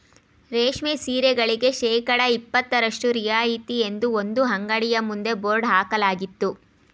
ರೇಷ್ಮೆ ಸೀರೆಗಳಿಗೆ ಶೇಕಡಾ ಇಪತ್ತರಷ್ಟು ರಿಯಾಯಿತಿ ಎಂದು ಒಂದು ಅಂಗಡಿಯ ಮುಂದೆ ಬೋರ್ಡ್ ಹಾಕಲಾಗಿತ್ತು